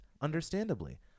understandably